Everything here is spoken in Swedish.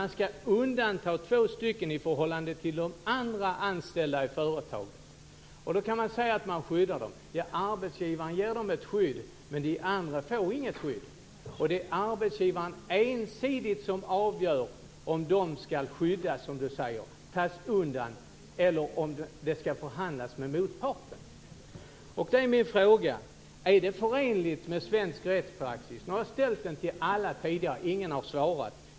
Man ska undanta två personer i förhållande till de andra anställda i företaget. Då kan man säga att man skyddar dem. Arbetsgivaren ger dem ett skydd, men de andra får inget skydd. Det är arbetsgivaren ensidigt som avgör om de ska skyddas som Birger Schlaug säger, dvs. tas undan, eller om det ska förhandlas med motparten. Då är min fråga: Är det förenligt med svensk rättspraxis? Jag har ställt den frågan till alla tidigare talare, och ingen har svarat.